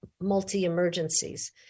multi-emergencies